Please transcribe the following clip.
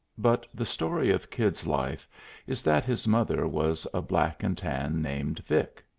but the story of kid's life is that his mother was a black-and-tan named vic.